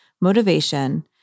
motivation